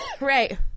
Right